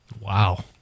Wow